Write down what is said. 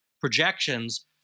projections